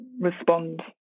respond